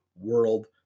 world